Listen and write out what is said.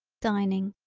dining.